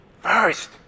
first